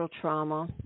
trauma